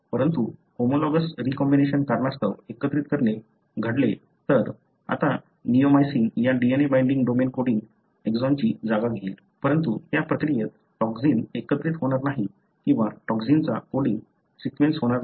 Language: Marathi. परंतु होमोलॉगस रीकॉम्बिनेशन कारणास्तव एकत्रीकरण घडले तर आता निओमायसिन या DNA बाइंडिंग डोमेन कोडिंग एक्सॉनची जागा घेईल परंतु त्या प्रक्रियेत टॉक्सिन एकत्रित होणार नाही किंवा टॉक्सिनचा कोडींग सीक्वेन्स होणार नाही